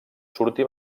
surti